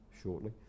shortly